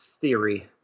theory